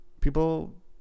people